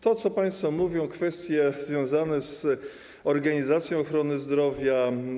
To, co państwo mówią, kwestie związane z organizacją ochrony zdrowia.